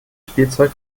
spielzeug